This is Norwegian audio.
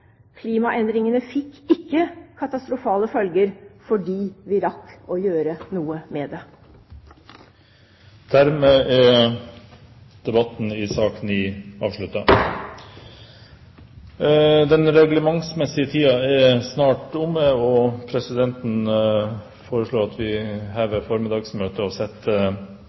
Klimaendringene fikk ikke katastrofale følger, fordi vi rakk å gjøre noe med det. Dermed er debatten i sak nr. 9 avsluttet. Den reglementsmessige tiden er snart omme, og presidenten foreslår at vi hever formiddagsmøtet og